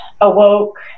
awoke